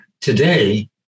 Today